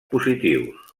positius